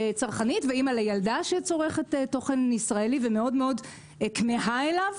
צרכנית ואימא לילדה שצורכת תוכן ישראלי ומאוד כמהה אליו.